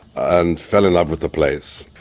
and fell in love with the place.